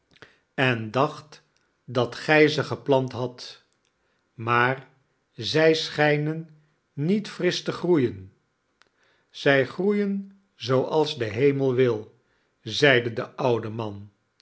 en dacht dat gij ze geplant hadt maar zij schijnen niet frisch te groeien zij groeien zooals de hemel wil zeide de oude man